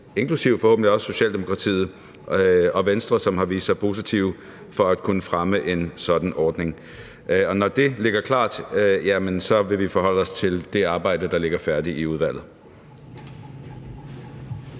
inklusive forhåbentlig også Socialdemokratiet og Venstre, som har vist sig at være positive over for at kunne fremme en sådan ordning. Og når det ligger klar, vil vi forholde os til det arbejde, der ligger færdigt i udvalget.